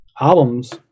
albums